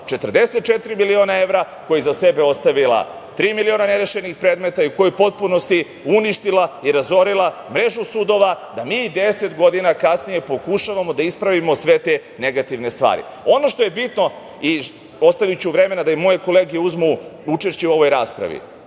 44 miliona evra, koja je iza sebe ostavila tri miliona nerešenih predmeta i koja je u potpunosti uništila i razorila mrežu sudova da mi 10 godina kasnije pokušavamo da ispravimo sve te negativne stvari. Ono što je bitno, ostaviću vremena da i moje kolege uzmu učešće u ovoj raspravi.